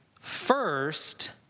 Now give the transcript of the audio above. first